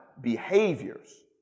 behaviors